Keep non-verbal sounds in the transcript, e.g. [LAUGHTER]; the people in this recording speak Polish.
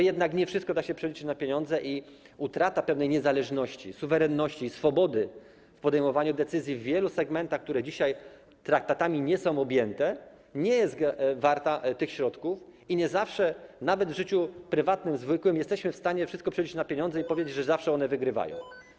Jednak nie wszystko da się przeliczyć na pieniądze i utrata pewnej niezależności, suwerenności i swobody w podejmowaniu decyzji w wielu segmentach, które dzisiaj nie są objęte traktatami, nie jest warta tych środków i nie zawsze nawet w życiu prywatnym, w zwykłym życiu jesteśmy w stanie wszystko przeliczyć na pieniądze [NOISE] i powiedzieć, że zawsze one wygrywają.